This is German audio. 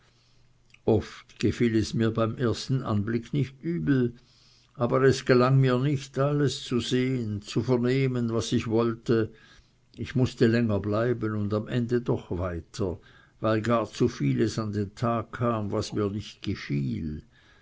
oft gefiel es mir beim ersten anblick nicht übel aber es gelang mir nicht alles zu sehen zu vernehmen was ich wollte ich mußte länger bleiben und am ende doch weiter weil gar zu vieles an den tag kam was mir nicht gefiel